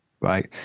Right